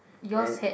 and